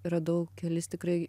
radau kelis tikrai